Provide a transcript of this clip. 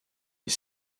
est